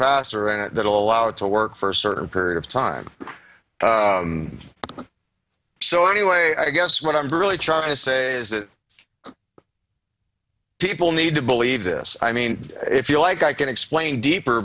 capacitor and it allowed to work for a certain period of time so anyway i guess what i'm really trying to say is that people need to believe this i mean if you like i can explain deeper